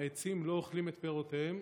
העצים לא אוכלים את פירותיהם,